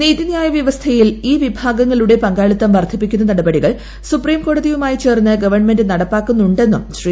നീതിന്യായ വ്യവസ്ഥയിൽ ഈ വിഭാഗങ്ങളുടെ പങ്കാളിത്തം വർദ്ധിപ്പിക്കുന്ന നടപടികൾ സുപ്രീംകോടതിയുമായി ചേർന്ന് ഗവൺമെന്റ് നടപ്പാക്കുന്നുണ്ടെന്നും ശ്രീ